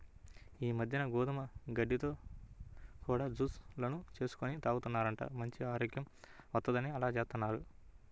ఈ మద్దెన గోధుమ గడ్డితో కూడా జూస్ లను చేసుకొని తాగుతున్నారంట, మంచి ఆరోగ్యం వత్తందని అలా జేత్తన్నారు